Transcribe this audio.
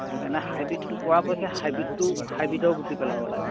সেইকাৰণে হাইব্ৰ্ৰীডটো পৰাপক্ষে হাইব্ৰীডটো হাইব্ৰীডৰ গুটি পেলাব লাগে